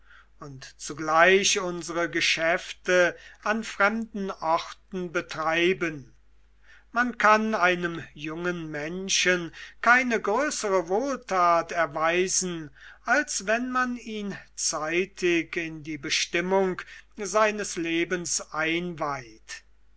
und zugleich unsre geschäfte an fremden orten betreiben man kann einem jungen menschen keine größere wohltat erweisen als wenn man ihn zeitig in die bestimmung seines lebens einweiht